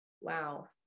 wow